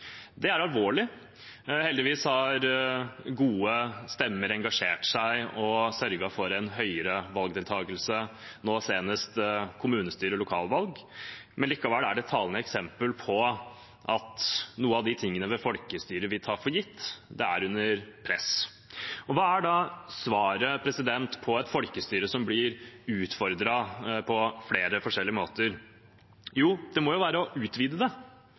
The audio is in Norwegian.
Det er alvorlig. Heldigvis har gode krefter engasjert seg og sørget for en høyere valgdeltakelse – nå senest ved kommunestyrevalget. Likevel er det et talende eksempel på at noe av det vi tar for gitt ved folkestyret, er under press. Hva er så svaret på et folkestyre som blir utfordret på flere forskjellige måter? Jo, det må være å utvide, fordype og forsterke det,